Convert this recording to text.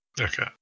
okay